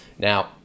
Now